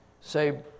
Say